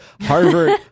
Harvard